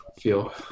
feel